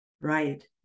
Right